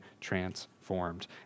transformed